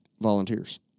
volunteers